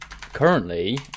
currently